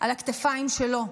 על הכתפיים שלו.